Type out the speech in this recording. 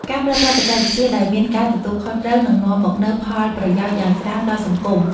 ការប្រើប្រាស់បច្ចេកវិទ្យាដោយមានការទទួលខុសត្រូវនឹងនាំមកនូវផលប្រយោជន៍យ៉ាងច្រើនដល់សង្គម។